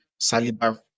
Saliba